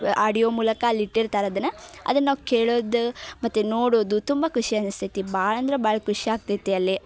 audio ಮೂಲಕ ಅಲ್ಲಿ ಇಟ್ಟಿರ್ತಾರೆ ಅದನ್ನು ಅದನ್ನ ನಾವು ಕೇಳೋದು ಮತ್ತು ನೋಡೋದು ತುಂಬ ಖುಷಿ ಅನಿಸ್ತೈತಿ ಭಾಳ ಅಂದರೆ ಭಾಳ ಖುಷಿ ಆಗ್ತೈತೆ ಅಲ್ಲಿ